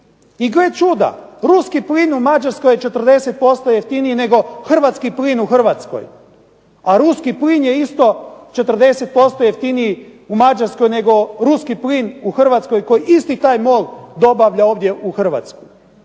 I gle čuda ruski plin je u Mađarskoj je 40% jeftiniji nego hrvatski plin u Hrvatskoj. A ruski plin je isto 40% jeftiniji u Mađarskoj nego ruski plin u Hrvatskoj koji isti taj MOL dobavlja ovdje u Hrvatsku.